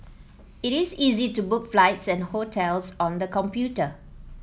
it is easy to book flights and hotels on the computer